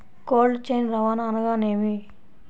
Cold chain రవాణా అనగా నేమి?